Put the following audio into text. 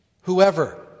Whoever